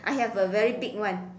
I have a very big one